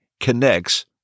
connects